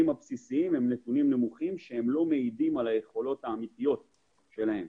הבסיסיים הם נתונים נמוכים שלא מעידים על היכולות האמיתיות שלהם.